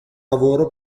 lavoro